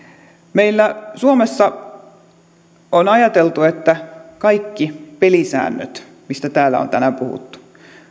meillä suomessa on ajateltu että kaikki pelisäännöt mistä täällä on tänään puhuttu